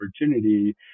opportunity